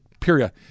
period